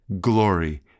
glory